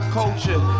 culture